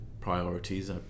priorities